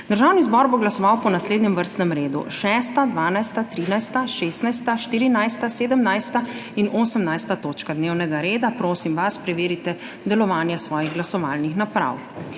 Državni zbor bo glasoval po naslednjem vrstnem redu: 6., 12., 13., 16., 14., 17. in 18. točka dnevnega reda. Prosim vas, da preverite delovanje svojih glasovalnih naprav.